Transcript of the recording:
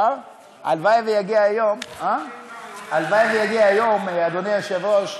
הלוואי ויגיע היום, אדוני היושב-ראש,